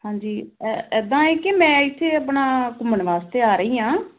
ਹਾਂਜੀ ਐ ਇੱਦਾਂ ਹੈ ਕਿ ਮੈਂ ਇੱਥੇ ਆਪਣਾ ਘੁੰਮਣ ਵਾਸਤੇ ਆ ਰਹੀ ਹਾਂ